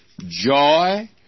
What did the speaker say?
joy